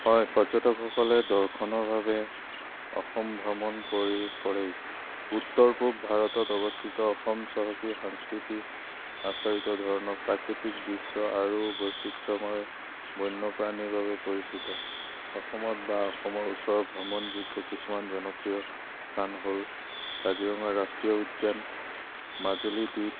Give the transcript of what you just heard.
হয় পৰ্যটকসকলে দৰ্শনৰ বাবে অসম ভ্ৰমণ কৰি কৰেই উত্তৰ পূব ভাৰতত অৱস্থিত অসম চহকী সাংস্কৃতি আচাৰিত ধৰণৰ প্ৰাকৃতিক দৃশ্য আৰু বৈচিত্ৰময় বন্যপ্ৰাণীৰ বাবে পৰিচিত অসমত বা অসমৰ ওচৰৰ ভ্ৰমণযোগ্য কিছুমান জনপ্ৰিয় স্থান হ'ল কাজিৰঙা ৰাষ্ট্ৰীয় উদ্যান মাজুলী দ্বীপ